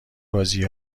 بازی